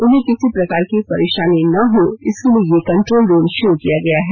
उन्हें किसी प्रकार की परेशानी न हो इसके लिए ये कंट्रोल रूम शुरू किया गया है